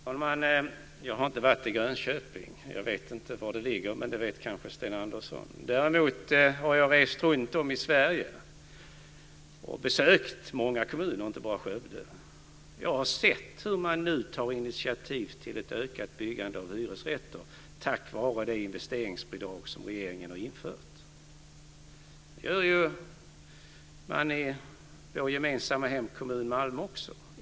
Fru talman! Jag har inte varit i Grönköping. Jag vet inte var det ligger, men det vet kanske Sten Andersson. Däremot har jag rest runtom i Sverige och besökt många kommuner - inte bara Skövde. Jag har sett hur man nu tar initiativ till ett ökat byggande av hyresrätter tack vare det investeringsbidrag som regeringen har infört. Det gör man i vår gemensamma hemkommun Malmö också.